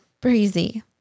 breezy